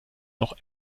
noch